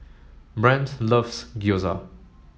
Brant loves Gyoza